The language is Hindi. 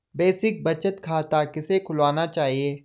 बेसिक बचत खाता किसे खुलवाना चाहिए?